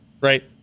right